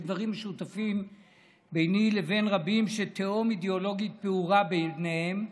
יש דברים משותפים ביני לבין רבים שתהום אידיאולוגית פעורה בינינו,